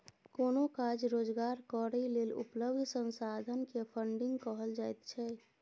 कोनो काज रोजगार करै लेल उपलब्ध संसाधन के फन्डिंग कहल जाइत छइ